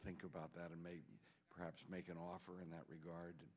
think about that and may perhaps make an offer in that regard